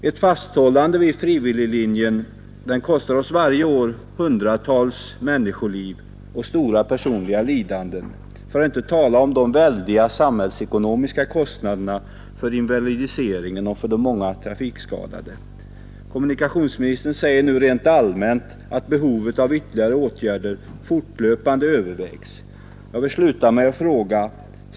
Ett fasthållande vid frivilliglinjen kostar oss varje år hundratals människoliv och stora personliga lidanden, för att inte tala om de väldiga samhällsekonomiska kostnaderna för invalidiseringen och för de många trafikskadade. Kommunikationsministern säger nu rent allmänt att behovet av ytterligare åtgärder fortlöpande övervägs. Jag vill sluta med en fråga.